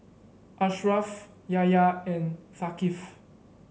Ashraf Yahya and Thaqif